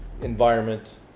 environment